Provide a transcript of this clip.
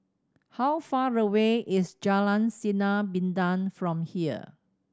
how far away is Jalan Sinar Bintang from here